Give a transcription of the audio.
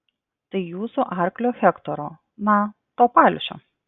tai jūsų arklio hektoro na to palšio